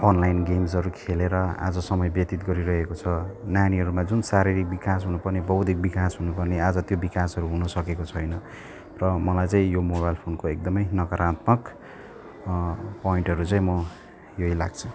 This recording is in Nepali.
अनलाइन गेम्सहरू खेलेर आज समय व्यतीत गरिरहेको छ नानीहरूमा जुन शारीरिक विकास हुनुपर्ने बौद्धिक विकास हुनुपर्ने आज त्यो विकासहरू हुनुसकेको छैन र मलाई चाहिँ यो मोबाइल फोनको एकदमै नकारात्मक पोइन्टहरू चाहिँ म यही लाग्छ